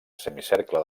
semicercle